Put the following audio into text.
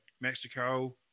mexico